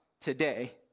today